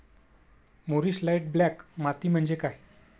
मूरिश light black माती म्हणजे काय?